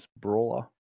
brawler